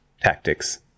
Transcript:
tactics